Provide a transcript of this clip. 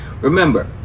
remember